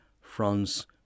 France